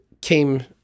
came